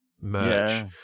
merch